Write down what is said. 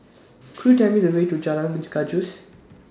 Could YOU Tell Me The Way to Jalan Gajus